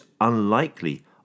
unlikely